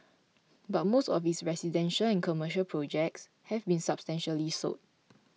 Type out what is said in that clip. but most of its residential and commercial projects have been substantially sold